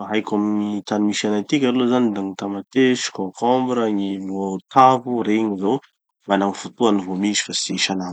Gny mba haiko amy tany misy anay tiky aloha zany da gny tamatesy, concombre, gny votavo. Regny zao mana gny fotoany vo misy fa tsy isanandro.